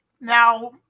now